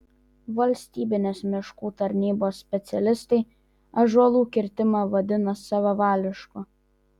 valstybinės miškų tarnybos specialistai ąžuolų kirtimą vadina savavališku